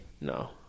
No